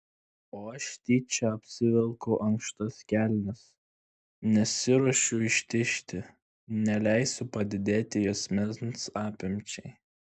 o aš tyčia apsivelku ankštas kelnes nesiruošiu ištižti neleisiu padidėti juosmens apimčiai